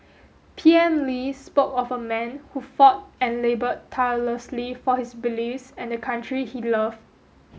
P M Lee spoke of a man who fought and laboured tirelessly for his beliefs and the country he loved